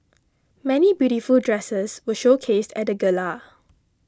many beautiful dresses were showcased at the gala